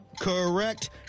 Correct